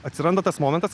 atsiranda tas momentas